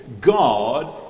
God